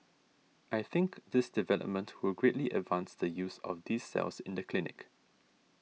I think this development will greatly advance the use of these cells in the clinic